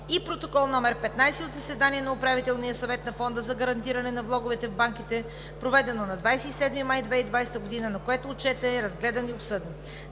и Протокол № 15 от заседание на Управителния съвет на Фонда за гарантиране на влоговете в банките, проведено на 27 май 2020 г., на което Отчетът е разгледан и обсъден.